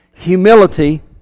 Humility